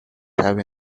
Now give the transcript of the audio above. have